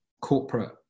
corporate